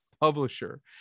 publisher